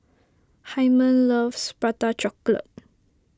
Hymen loves Prata Chocolate